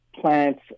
plants